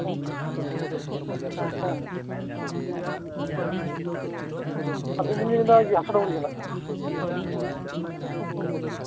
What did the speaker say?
ᱦᱩᱸ ᱦᱩᱸ ᱦᱩᱸ ᱟᱞᱤᱧ ᱫᱚᱞᱤᱧ ᱞᱟᱹᱭ ᱮᱫᱟ ᱦᱟᱸᱥᱟ ᱰᱩᱝᱨᱤ ᱠᱷᱚᱱᱟᱜ